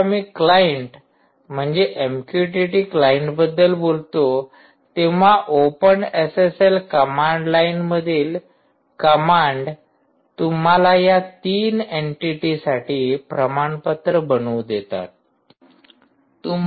जेंव्हा मी क्लाईंट म्हणजे एमक्यूटीटी क्लाईंटबद्दल बोलतो तेंव्हा ओपन एसएसएल कमांडलाइन मधील कमांड तुम्हाला या ३ एंटीटीसाठी प्रमाणपत्र बनवू देतात